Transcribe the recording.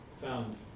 found